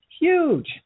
huge